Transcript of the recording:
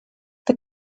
the